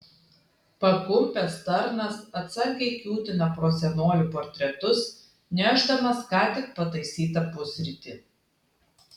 pakumpęs tarnas atsargiai kiūtina pro senolių portretus nešdamas ką tik pataisytą pusrytį